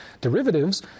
derivatives